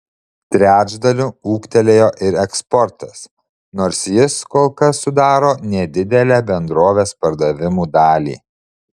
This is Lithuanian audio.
trečdaliu ūgtelėjo ir eksportas nors jis kol kas sudaro nedidelę bendrovės pardavimų dalį